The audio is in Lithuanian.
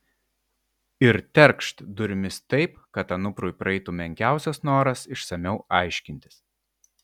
ir terkšt durimis taip kad anuprui praeitų menkiausias noras išsamiau aiškintis